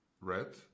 red